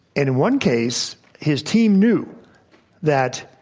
in one case, his team knew that,